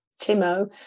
Timo